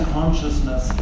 consciousness